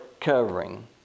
covering